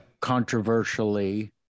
Controversially